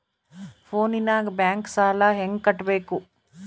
ಫೋನಿನಾಗ ಬ್ಯಾಂಕ್ ಸಾಲ ಹೆಂಗ ಕಟ್ಟಬೇಕು?